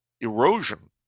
erosion